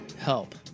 Help